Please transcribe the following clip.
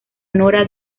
nora